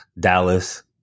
Dallas